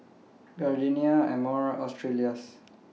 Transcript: Gardenia Amore and Australis